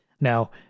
Now